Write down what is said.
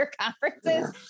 conferences